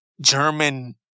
German